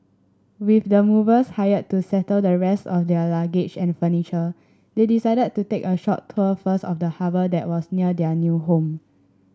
with the movers hired to settle the rest of their luggage and furniture they decided to take a short tour first of the harbour that was near their new home